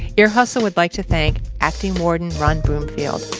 ear hustle would like to thank acting warden ron broomfield,